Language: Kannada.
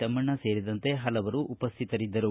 ತಮ್ಮಣ್ಣ ಸೇರಿದಂತೆ ಹಲವರು ಉಪಸ್ಥಿತರಿದ್ದರು